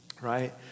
right